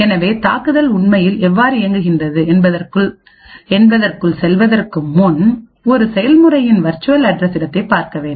எனவே தாக்குதல் உண்மையில் எவ்வாறு இயங்குகிறது என்பதற்குள் செல்வதற்கு முன் ஒரு செயல்முறையின் வேர்ச்சுவல் அட்ரஸ் இடத்தைப் பார்க்க வேண்டும்